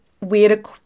weird